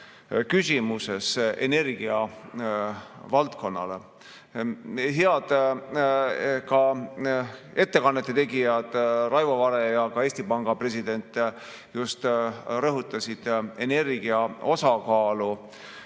küsimuses energia valdkonnale. Head ettekande tegijad Raivo Vare ja ka Eesti Panga president just rõhutasid energia osakaalu